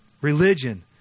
Religion